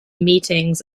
meetings